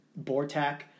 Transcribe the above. BORTAC